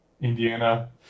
Indiana